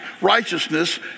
righteousness